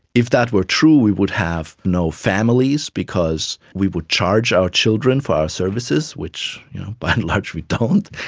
if that were true, we would have no families because we would charge our children for our services, which are by and large we don't.